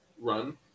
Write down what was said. run